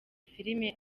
filime